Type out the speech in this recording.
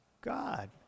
God